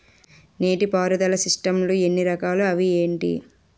నీటిపారుదల సిస్టమ్ లు ఎన్ని రకాలు? అవి ఏంటి?